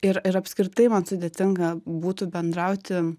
ir ir apskritai man sudėtinga būtų bendrauti